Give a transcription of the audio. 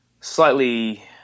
slightly